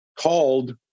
called